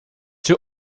two